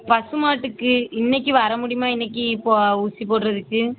பசு மாட்டுக்கு இன்றைக்கு வர முடியுமா இன்றைக்கு இப்போது ஊசி போடுறதுக்கு